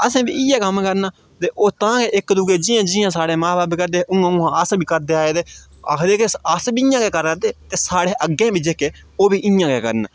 असें बी इ'यै क'म्म करना ते ओह् तां इक दूऐ ई जि'यां जि'यां साढ़े मां ब'ब्ब करदे उ'आं उ'आं अस बी करदे आए ते आखदे कि अस बी इ'यां गै करा दे ते साढ़े अग्गें बी जेह्के ओह् बी इ'यां गै करन